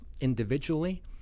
individually